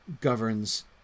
governs